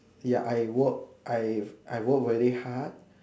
ya I work I've I work very hard